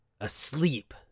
asleep